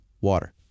water